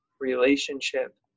relationship